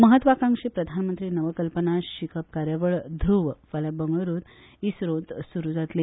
म्हत्वाकांक्षी प्रधानमंत्री नवकल्पना शिकप कार्यावळ ध्रूव फाल्यां बंगळ्रूंत इस्रोत सुरू जातली